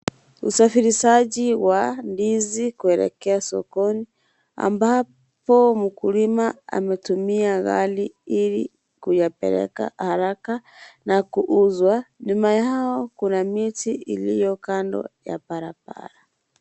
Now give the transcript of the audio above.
Usafirishaji wa ndizi kuelekea sokoni amabpo mkulima ametumia gari ili kuyapeleka haraka na kuuzwa. Nyuma yao kuna miti iliyo kando ya barabara.